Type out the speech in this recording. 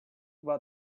about